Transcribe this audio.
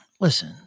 listen